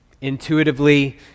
Intuitively